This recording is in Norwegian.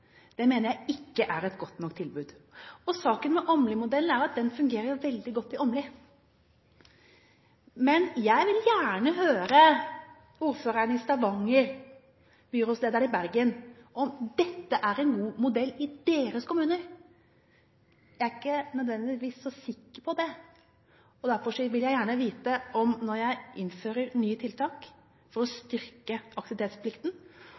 samme mener jeg ikke er et godt nok tilbud. Saken med Åmli-modellen er at den fungerer veldig godt i Åmli, men jeg vil gjerne høre med ordføreren i Stavanger og byrådslederen i Bergen om dette er en god modell i deres kommuner. Jeg er ikke nødvendigvis så sikker på det. Og derfor vil jeg gjerne, når jeg innfører nye tiltak for å styrke aktivitetsplikten,